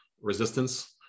resistance